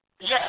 Yes